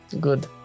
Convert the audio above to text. Good